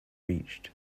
reached